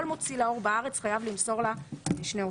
כל מוציא לאור בארץ חייב למסור לה שני עותקים.